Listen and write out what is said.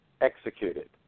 executed